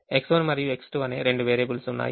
X1 మరియు X2 అనే రెండు వేరియబుల్స్ ఉన్నాయి